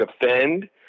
defend